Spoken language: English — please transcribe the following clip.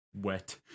Wet